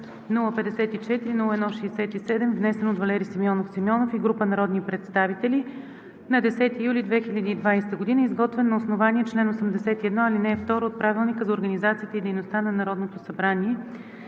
054-01-67, внесен от Валери Симеонов Симеонов и група народни представители на 10 юли 2020 г., изготвен на основание чл. 81, ал. 2 от Правилника за организацията и дейността на Народното събрание.“